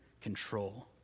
control